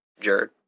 Jared